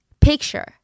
Picture